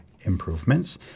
improvements